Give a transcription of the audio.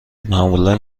معمولا